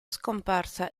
scomparsa